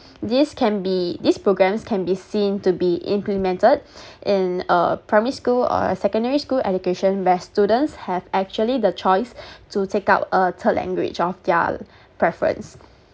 this can be this programmes can be seen to be implemented in a primary school or a secondary school education where students have actually the choice to take out a third language of their preference